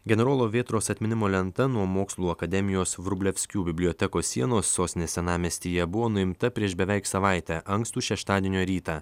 generolo vėtros atminimo lenta nuo mokslų akademijos vrublevskių bibliotekos sienos sostinės senamiestyje buvo nuimta prieš beveik savaitę ankstų šeštadienio rytą